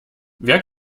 wer